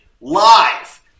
live